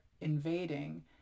invading